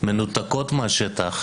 מנותקות מהשטח,